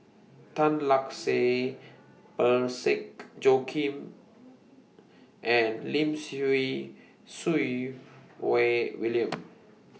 Tan Lark Sye Parsick Joaquim and Lim Siew Wai William